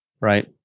right